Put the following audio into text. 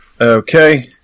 Okay